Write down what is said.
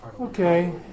Okay